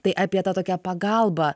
tai apie tą tokią pagalbą